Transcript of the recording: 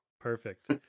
Perfect